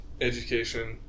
education